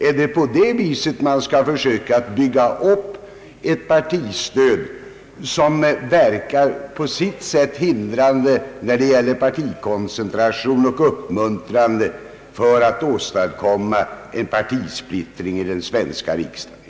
Är det på det sättet att man vill försöka bygga upp ett partistöd som skall verka hindrande när det gäller partikoncentration och uppmuntrande för att åstadkomma partisplittring i den svenska riksdagen?